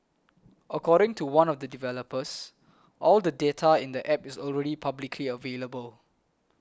according to one of the developers all the data in the app is already publicly available